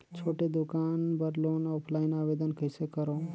छोटे दुकान बर लोन ऑफलाइन आवेदन कइसे करो?